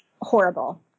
horrible